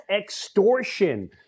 extortion